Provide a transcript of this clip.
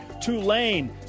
Tulane